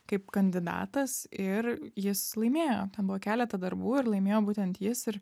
kaip kandidatas ir jis laimėjo ten buvo keletą darbų ir laimėjo būtent jis ir